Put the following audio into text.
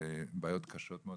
בעיות קשות מאוד,